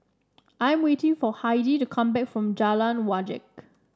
I am waiting for Heidy to come back from Jalan Wajek